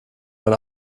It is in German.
mein